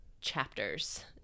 chapters